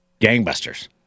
gangbusters